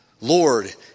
Lord